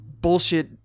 bullshit